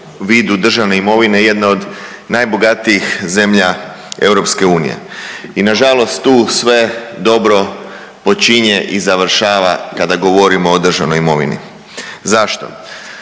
vidu državne imovine jedna od najbogatijih zemlja EU i nažalost tu sve dobro počinje i završava kada govorimo o državnoj imovini. Zašto?